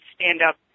stand-up